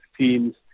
teams